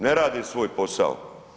Ne radi svoj posao.